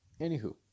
Anywho